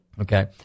Okay